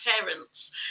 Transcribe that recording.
parents